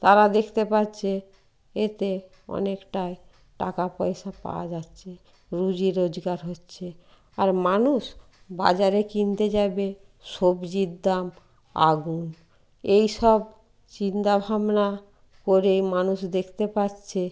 তারা দেখতে পাচ্ছে এতে অনেকটাই টাকা পয়সা পাওয়া যাচ্ছে রুজি রোজগার হচ্ছে আর মানুষ বাজারে কিনতে যাবে সবজির দাম আগুন এই সব চিন্তা ভাবনা করে মানুষ দেখতে পাচ্ছে